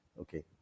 okay